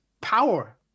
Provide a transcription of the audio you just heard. power